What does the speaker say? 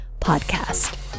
Podcast